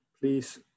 please